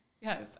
Yes